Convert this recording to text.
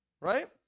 Right